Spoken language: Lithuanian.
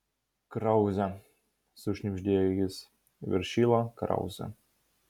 krauzė sušnibždėjo jis viršila krauzė